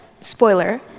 spoiler